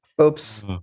Oops